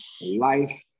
life